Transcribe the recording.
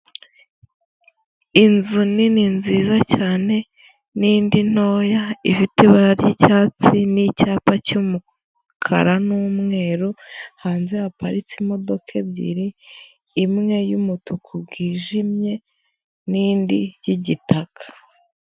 Inzu nini nziza cyane n'indi ntoya ifite ibara ry'icyatsi n'icyapa cy'umukara n'umweru, hanze haparitse imodoka ebyiri, imwe y'umutuku bwijimye n'indi y'igitaka.